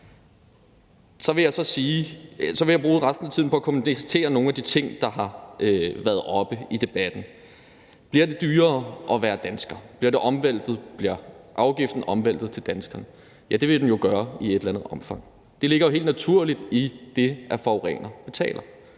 Så vil jeg bruge resten af tiden på at kommentere nogle af de ting, der har været oppe i debatten. Det første er: Bliver det dyrere at være dansker? Bliver afgiften væltet over på danskerne? Ja, det vil den jo blive i et eller andet omfang. Det ligger jo helt naturligt i det, at forurenerne betaler;